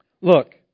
Look